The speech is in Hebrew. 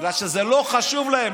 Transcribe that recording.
בגלל שזה לא חשוב להם,